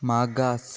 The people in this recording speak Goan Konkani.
मागास